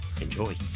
enjoy